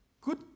good